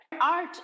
Art